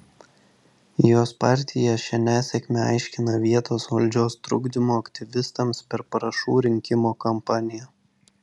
jos partija šią nesėkmę aiškina vietos valdžios trukdymu aktyvistams per parašų rinkimo kampaniją